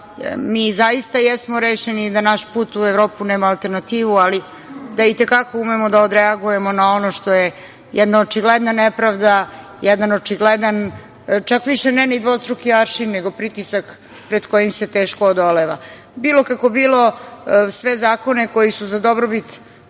mi zaista jesmo rešeni da naš put u Evropu nema alternativu, ali da i te kako umemo da odreagujemo na ono što je jedna očigledna nepravda, jedan očigledan, čak više ne ni dvostruki aršin, nego pritisak pred kojim se teško odoleva. Bilo kako bilo, sve zakone koji su za dobrobit